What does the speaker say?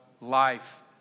life